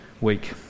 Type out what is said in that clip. Week